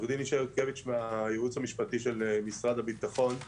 אני מהייעוץ המשפטי של משרד הביטחון.